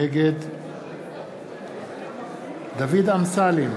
נגד דוד אמסלם,